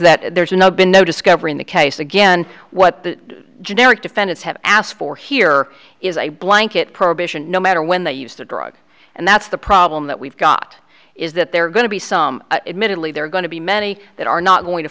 because that there's no been no discovery in the case again what the generic defendants have asked for here is a blanket prohibition no matter when they use the drug and that's the problem that we've got is that there are going to be some admittedly there are going to be many that are not going to